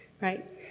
right